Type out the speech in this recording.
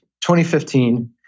2015